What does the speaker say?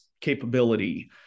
capability